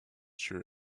sure